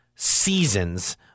seasons